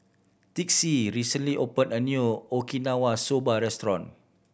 Texie recently opened a new Okinawa Soba Restaurant